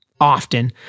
often